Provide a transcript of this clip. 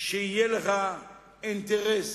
שיהיה לך אינטרס